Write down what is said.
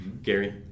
Gary